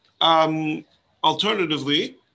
alternatively